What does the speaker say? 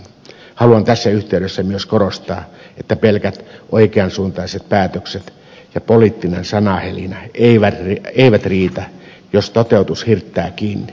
haluan tässä yhteydessä myös korostaa että pelkät oikean suuntaiset päätökset ja poliittinen sanahelinä eivät riitä jos toteutus hirttää kiinni